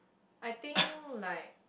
I think like